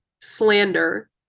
Slander